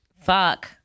Fuck